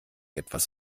etwas